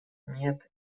нет